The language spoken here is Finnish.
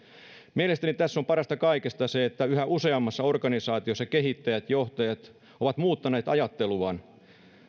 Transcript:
mielestäni parasta tässä kaikessa on se että yhä useammassa organisaatiossa kehittäjät ja johtajat ovat muuttaneet ajatteluaan